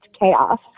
chaos